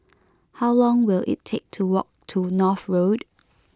how long will it take to walk to North Road